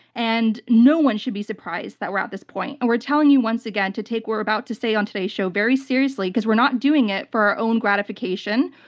and no one should be surprised that we're at this point. and we're telling you once again to take what we're about to say on today's show very seriously because we're not doing it for our own gratification.